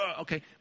okay